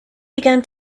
began